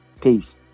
Peace